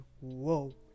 whoa